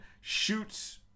shoots